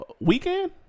Weekend